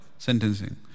sentencing